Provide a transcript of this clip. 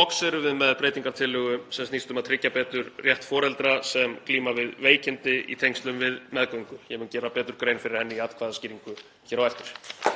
Loks erum við með breytingartillögu sem snýst um að tryggja betur rétt foreldra sem glíma við veikindi í tengslum við meðgöngu. Ég mun gera betur grein fyrir henni í atkvæðaskýringu hér á eftir.